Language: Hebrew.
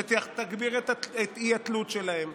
שתגביר את האי-תלות שלהם,